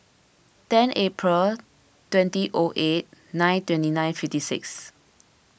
ten April twenty O eight nine twenty nine fifty six